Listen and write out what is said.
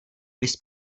bys